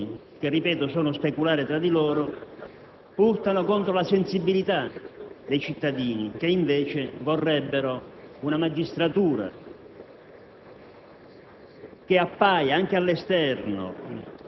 Queste due contrapposizioni, che - ripeto - sono speculari tra loro, urtano contro la sensibilità dei cittadini, che invece vorrebbero una magistratura